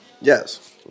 Yes